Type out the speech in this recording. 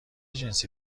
جنسی